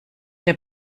der